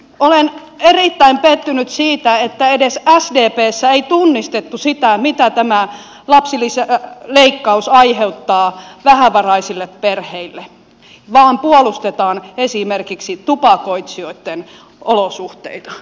olen erittäin pettynyt siitä että edes sdpssä ei tunnistettu sitä mitä tämä lapsilisäleikkaus aiheuttaa vähävaraisille perheille vaan puolustetaan esimerkiksi tupakoitsijoitten olosuhteita